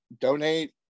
donate